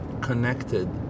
Connected